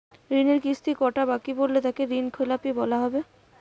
ঋণের কিস্তি কটা বাকি পড়লে তাকে ঋণখেলাপি বলা হবে?